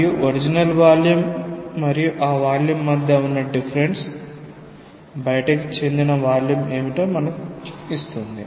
మరియు original volume మరియు ఆ వాల్యూమ్ మధ్య ఉన్న డిఫరెన్స్ బయటికి చిందిన వాల్యూమ్ ఏమిటో మనకు ఇస్తుంది